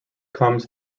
comes